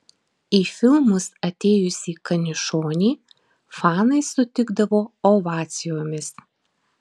į filmus atėjusį kaniušonį fanai sutikdavo ovacijomis